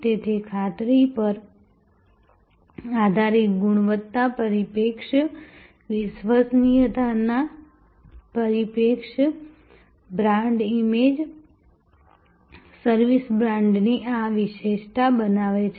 તેથી ખાતરી પર આધારિત ગુણવત્તા પ્રક્ષેપણ વિશ્વસનીયતાના પ્રક્ષેપણ બ્રાન્ડ ઇમેજ સર્વિસ બ્રાન્ડની આ વિશિષ્ટતા બનાવે છે